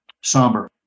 Somber